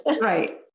Right